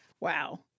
Wow